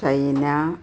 China